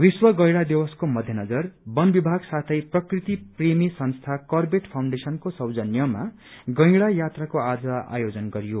विश्व गैड़ा दिवसको मध्यनजर वन विभाग साथै प्रकृति प्रेमी संस्था करबेट फाउण्डेशनको सौजन्यमा गैड़ा यात्राको आज आयोजन गरियो